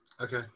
Okay